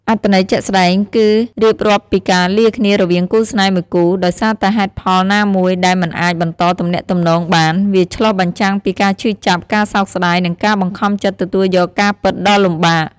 អត្ថន័យជាក់ស្តែង គឺរៀបរាប់ពីការលាគ្នារវាងគូស្នេហ៍មួយគូ ដោយសារតែហេតុផលណាមួយដែលមិនអាចបន្តទំនាក់ទំនងបាន។ វាឆ្លុះបញ្ចាំងពីការឈឺចាប់ ការសោកស្តាយ និងការបង្ខំចិត្តទទួលយកការពិតដ៏លំបាក